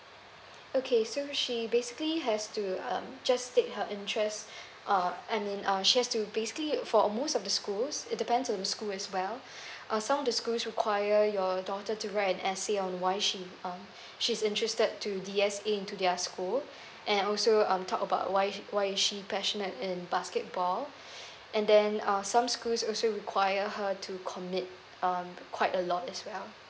okay so she basically has to um just take her interest uh I mean uh she has to basically for uh most of the schools it depends on the school as well uh some of the schools require your daughter to write an essay on why she um she's interested to D_S_A into their school and also um talk about why why is she passionate in basketball and then uh some schools also require her to commit um quite a lot as well